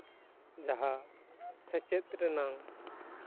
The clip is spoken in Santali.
ᱡᱟᱦᱟᱸ ᱥᱮᱪᱮᱫ ᱨᱮᱱᱟᱝ